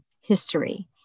history